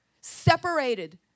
separated